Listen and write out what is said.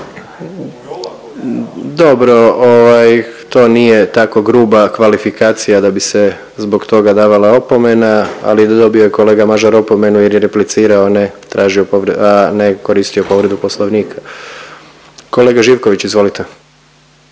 Dobro. To nije tako gruba kvalifikacija da bi se zbog toga davala opomena, ali da dobije kolega Mažar opomenu jer je replicirao, a ne koristio povredu Poslovnika. Kolega Živković, izvolite.